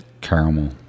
caramel